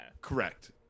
Correct